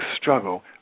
struggle